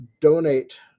donate